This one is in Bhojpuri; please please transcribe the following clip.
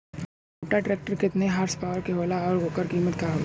छोटा ट्रेक्टर केतने हॉर्सपावर के होला और ओकर कीमत का होई?